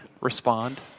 respond